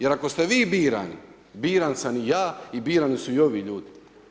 Jer ako ste vi birani, biran sam i ja i birani su i ovi ljudi.